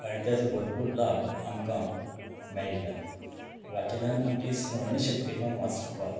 आनी तेजो भरपूर लाभ आमकां मेळटा वाचनान आमची स्मरणशक्ती पण वाच वाडटा